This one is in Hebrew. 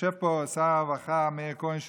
יושב פה שר הרווחה מאיר כהן,